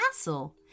castle